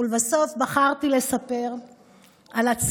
ובסוף בחרתי לספר על עצמי,